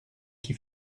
qui